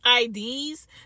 IDs